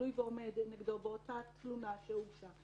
תלוי ועומד נגדו, באותה תלונה שהוגשה.